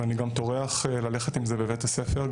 ואני גם טורח ללכת עם זה בבית הספר,